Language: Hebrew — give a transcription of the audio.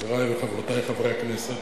חברי וחברותי חברי הכנסת,